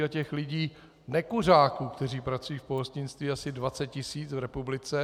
A těch lidí, nekuřáků, kteří pracují v pohostinství, je asi 20 tisíc v republice.